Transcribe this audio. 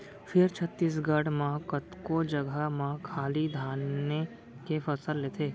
फेर छत्तीसगढ़ म कतको जघा म खाली धाने के फसल लेथें